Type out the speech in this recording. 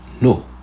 no